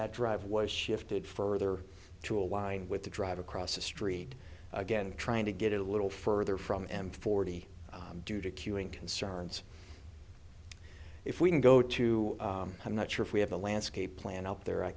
that drive was shifted further to align with the drive across the street again trying to get a little further from m forty due to cueing concerns if we can go to i'm not sure if we have the landscape plan up there i